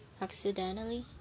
accidentally